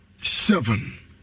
Seven